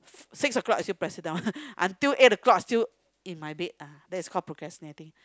six o-clock and you press it down until eight o-clock I still in my bed that is called procrastinating